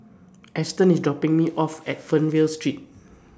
Ashtyn IS dropping Me off At Fernvale Street